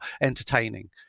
entertaining